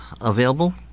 available